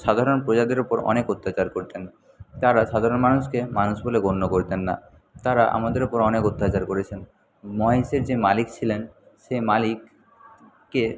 সাধারণ প্রজাদের ওপর অনেক অত্যাচার করতেন তারা সাধারণ মানুষকে মানুষ বলে গণ্য করতেন না তারা আমাদের ওপর অনেক অত্যাচার করেছেন মহেশের যে মালিক ছিলেন সেই মালিককে